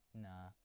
Nah